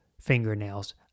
fingernails